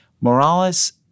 Morales